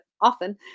often